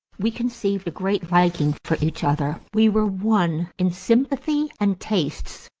we conceived a great liking for each other. we were one in sympathy and tastes.